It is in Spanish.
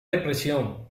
depresión